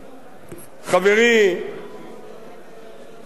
חברי החרוץ,